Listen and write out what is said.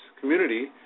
community